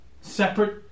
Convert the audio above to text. separate